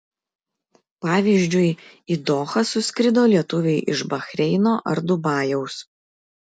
pavyzdžiui į dohą suskrido lietuviai iš bahreino ar dubajaus